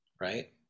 right